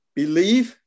believe